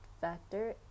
factor